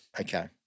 Okay